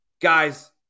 Guys